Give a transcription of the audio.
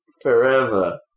Forever